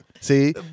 See